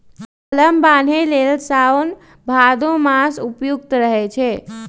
कलम बान्हे लेल साओन भादो मास उपयुक्त रहै छै